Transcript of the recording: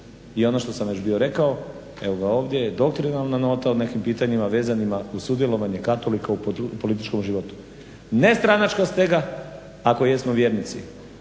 I ono što sam već bio rekao evo ga ovdje je doktrinarna nota o nekim pitanjima vezanim uz sudjelovanje katolika u političkom životu. Ne stranačka stega ako jesmo vjernici